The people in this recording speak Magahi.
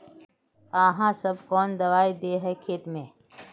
आहाँ सब कौन दबाइ दे है खेत में?